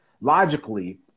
Logically